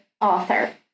author